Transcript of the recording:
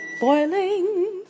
boiling